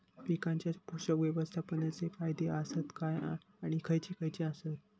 पीकांच्या पोषक व्यवस्थापन चे फायदे आसत काय आणि खैयचे खैयचे आसत?